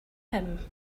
him